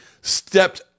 stepped